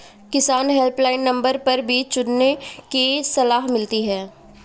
किसान helpline number पर बीज चुनने की सलाह मिलती है